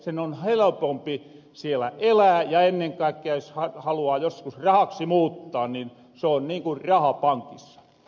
sen on helepompi siellä elää ja ennen kaikkea jos haluaa joskus rahaksi muuttaa niin se on niin ku raha pankissa